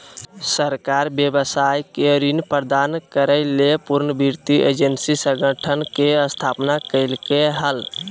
सरकार व्यवसाय के ऋण प्रदान करय ले पुनर्वित्त एजेंसी संगठन के स्थापना कइलके हल